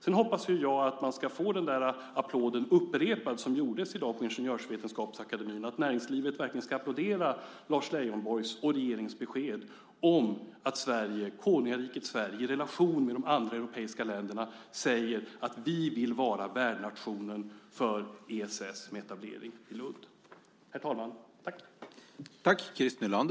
Jag hoppas att man ska få den applåd upprepad som gjordes i dag på Ingenjörsvetenskapsakademien, att näringslivet verkligen ska applådera Lars Leijonborgs och regeringens besked om att konungariket Sverige i relation med de andra europeiska länderna säger att man vill vara värdnation för ESS med etablering i Lund.